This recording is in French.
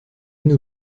nos